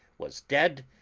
was dead,